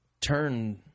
turn